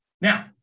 Now